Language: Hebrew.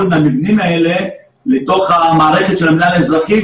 מהמבנים האלה לתוך המערכת של המנהל האזרחי,